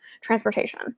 transportation